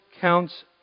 counts